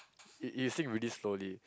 it it you sink really slowly